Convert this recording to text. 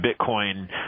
bitcoin